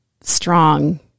strong